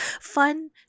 fun